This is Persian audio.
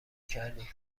کردی